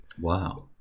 wow